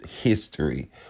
history